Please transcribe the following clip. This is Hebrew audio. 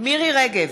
מירי רגב,